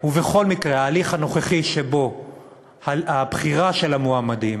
בכל מקרה, ההליך הנוכחי שבו הבחירה של המועמדים